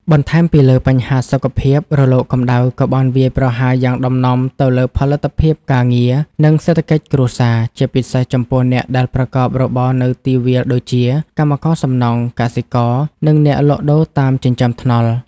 បន្ថែមពីលើបញ្ហាសុខភាព រលកកម្ដៅក៏បានវាយប្រហារយ៉ាងដំណំទៅលើផលិតភាពការងារ និងសេដ្ឋកិច្ចគ្រួសារ ជាពិសេសចំពោះអ្នកដែលប្រកបរបរនៅទីវាលដូចជា កម្មករសំណង់ កសិករ និងអ្នកលក់ដូរតាមចិញ្ចើមថ្នល់។